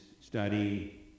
study